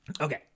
Okay